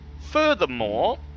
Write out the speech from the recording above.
Furthermore